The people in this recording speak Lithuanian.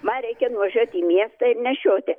man reikia nuvažiuoti į miestą ir nešioti